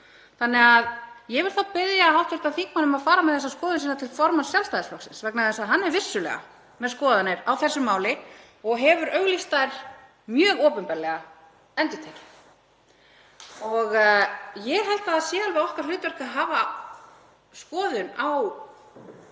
Þannig að ég verð þá að biðja hv. þingmann um að fara með þessa skoðun sína til formanns Sjálfstæðisflokksins vegna þess að hann er vissulega með skoðanir á þessu máli og hefur auglýst þær mjög opinberlega, endurtekið. Ég held að það sé okkar hlutverk að hafa skoðun á